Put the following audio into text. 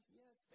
yes